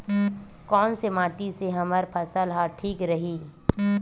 कोन से माटी से हमर फसल ह ठीक रही?